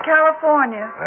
California